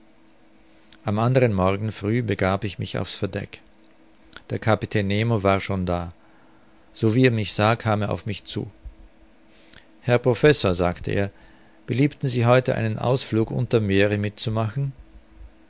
am anderen morgen früh begab ich mich auf's verdeck der kapitän nemo war schon da so wie er mich sah kam er auf mich zu herr professor sagte er beliebten sie heute einen ausflug unter'm meere mit